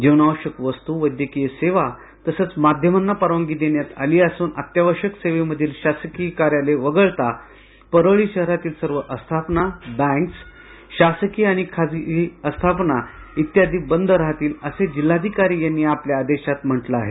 जीवनावश्यक वस्तू वैद्यकीय सेवा तसचं माध्यमांना परवानगी देण्यात आली असून अत्यावश्यक सेवांमधील शासकीय कार्यालये वगळता परळी शहरातील सर्व आस्थापना बँका शासकीय आणि खाजगी आस्थापना इत्यादी बंद राहतील असे जिल्हाधिकारी यांनी आपल्या आदेशात म्हटले आहे